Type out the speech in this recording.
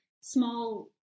small